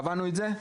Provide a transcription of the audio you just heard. קבענו את זה,